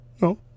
No